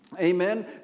Amen